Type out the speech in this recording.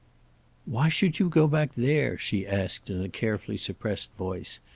why should you go back there? she asked, in a carefully suppressed voice.